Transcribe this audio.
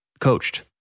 coached